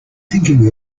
thinking